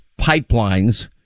pipelines